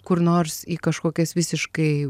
kur nors į kažkokias visiškai